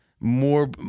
more